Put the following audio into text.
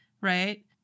right